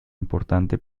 importante